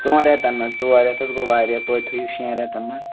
ژۄن رٮ۪تن منٛز ژور رٮ۪تھ حظ گوٚو وارِیاہ توتہِ تھٲوِو شٮ۪ن رٮ۪تن منٛز